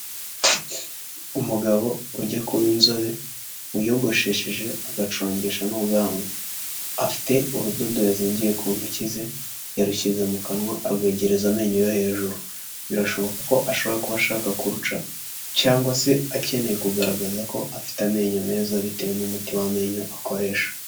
Umugabo ujya kuba inzobe wiyogoshesheje agacongesha n'ubwanwa, afite urudodo yazingiye ku ntoki ze yarushyize mu kanwa agaragaza amenyo yo hejuru, birashoboka ko ashobora kuba ashaka kuruca cyangwa se akeneye kugaragaza ko afite amenyo meza bitewe n'umuti w'amenyo akoresha.